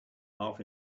half